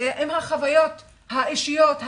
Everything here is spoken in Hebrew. עם החוויות האישיות,